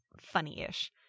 funny-ish